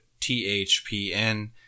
THPN